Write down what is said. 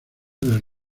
del